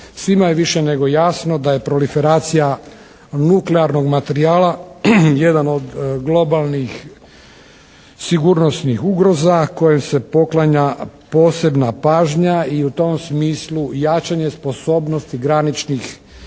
Svima je više nego jasno da je proliferacija nuklearnog materijala jedan od globalnih sigurnosnih ugroza kojem se poklanja posebna pažnja i u tom smislu jačanje sposobnosti graničnih